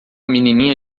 menininha